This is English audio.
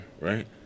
Right